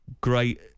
great